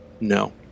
no